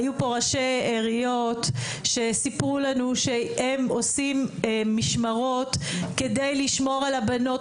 היו כאן ראשי עיריות שסיפרו לנו שהם עושים משמרות כדי לשמור על הבנות.